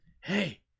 hey